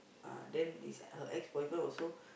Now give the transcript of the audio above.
ah then is her ex boyfriend also